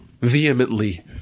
vehemently